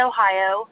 Ohio